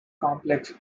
complex